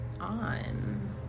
on